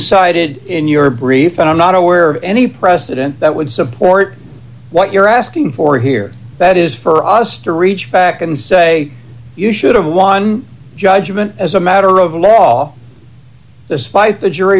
cited in your brief and i'm not aware of any precedent that would support what you're asking for here that is for us to reach back and say you should have one judgment as a matter of law this fight the jury